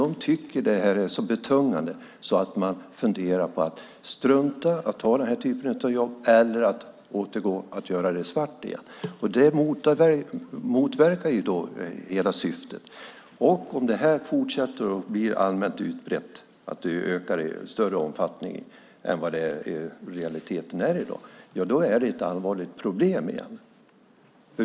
De tycker att det är så betungande att de funderar på att strunta att ta den här typen av jobb eller återgå till att göra det svart igen. Det motverkar hela syftet. Om detta fortsätter, ökar i större omfattning än vad det i realiteten är i dag och blir allmänt utbrett är det ett allvarligt problem igen.